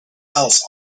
else